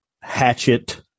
hatchet